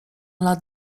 lat